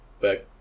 back